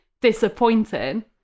disappointing